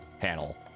panel